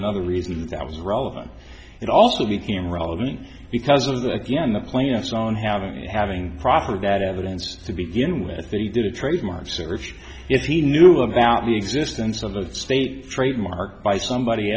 another reason that was relevant it also became relevant because of the again the plaintiffs on have and having proffered that evidence to begin with they did a trademark search if he knew about the existence of a state trademark by somebody